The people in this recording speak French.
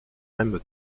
même